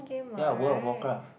ya World of Warcraft